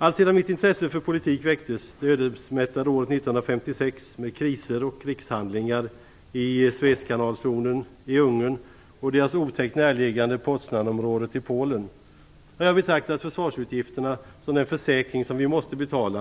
Alltsedan mitt intresse för politik väcktes, det ödesmättade året 1956 - med kriser och krigshandlingar i Suezkanalzonen, i Ungern och det otäckt närliggande Poznanområdet i Polen - har jag betraktat försvarsutgifterna som den försäkring som vi måste betala